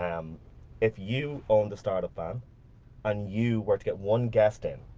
um if you owned the startup van and you were to get one guest in,